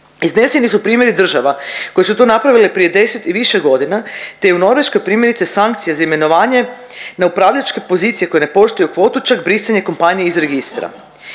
Izneseni su primjeri država koje su to napravile prije 10 i više godina te je u Norveškoj primjerice sankcija za imenovanje na upravljačke pozicije koje ne poštuju kvotu čak brisanje kompanije iz registra.